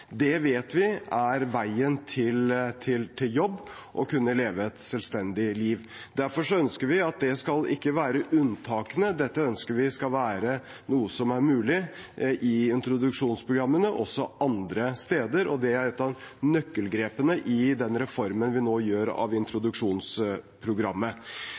Det vet vi er veien til jobb og å kunne leve et selvstendig liv. Derfor ønsker vi at dette ikke skal være unntakene. Vi ønsker at dette skal være noe som er mulig i introduksjonsprogrammene også andre steder. Det er et av nøkkelgrepene i den reformen av introduksjonsprogrammet vi nå gjør.